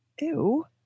Ew